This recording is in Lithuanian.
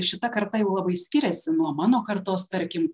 šita karta jau labai skiriasi nuo mano kartos tarkim